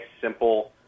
simple